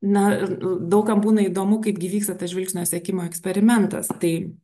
na daug kam būna įdomu kaip gi vyksta tas žvilgsnio sekimo eksperimentas tai